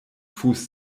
fuß